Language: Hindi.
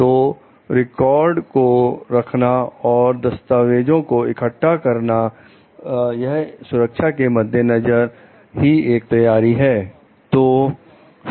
तो रिकॉर्ड को रखना और दस्तावेजों को इकट्ठा करना उस सुरक्षा के मद्देनजर ही एक तैयारी है